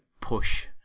push